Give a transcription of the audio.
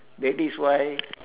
that is why